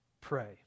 pray